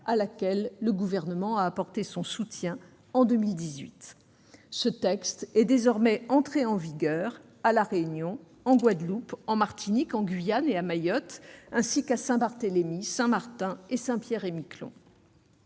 à laquelle le Gouvernement a apporté son soutien. Ce texte est désormais entré en vigueur à La Réunion, en Guadeloupe, en Martinique, en Guyane et à Mayotte, ainsi qu'à Saint-Barthélemy, à Saint-Martin et à Saint-Pierre-et-Miquelon.